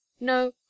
no